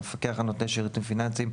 למפקח על נותני שירותים פיננסיים,